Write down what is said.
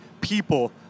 people